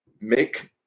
make